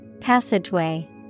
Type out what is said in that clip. Passageway